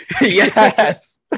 yes